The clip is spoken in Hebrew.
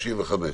ל-55.